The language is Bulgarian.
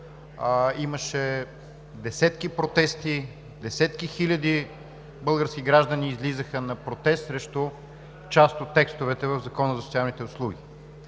имаше десетки протести, десетки хиляди български граждани, излизаха на протест срещу част от текстовете в Закона за социалните услуги.